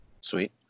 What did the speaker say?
Sweet